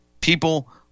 people